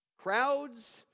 Crowds